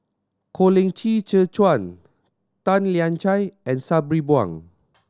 Colin Qi Zhe Quan Tan Lian Chye and Sabri Buang